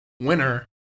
Winner